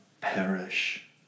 perish